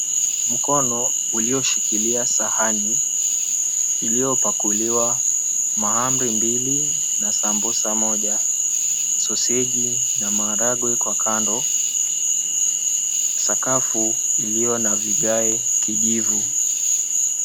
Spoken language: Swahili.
Mkono ulioshikilia sahani, iliopakuliwa mahamri mbili na sambusa moja, soseji na maharagwe kwa kando. Sakafu iliyo na vigae kijivu.